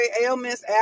ailments